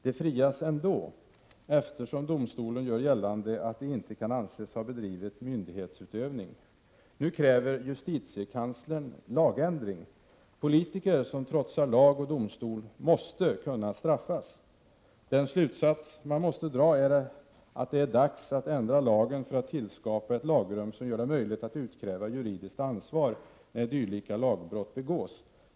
De frias ändå, eftersom domstolen gör gällande att de inte kan anses ha bedrivit ”myndighetsutövning”. Justitiekanslern kräver nu en lagändring: politiker som trotsar lag och domstol måste kunna straffas. Den slutsats man måste dra är att det är dags att ändra lagen för att tillskapa ett lagrum som gör det möjligt att utkräva juridiskt ansvar när dylika lagbrott begås.